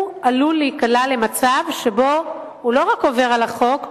הוא עלול להיקלע למצב שבו הוא לא רק עובר על החוק,